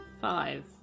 five